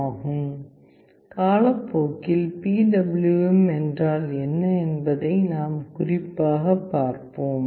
ஆகும் காலப்போக்கில் PWM என்றால் என்ன என்பதை நாம் குறிப்பாகப் பார்ப்போம்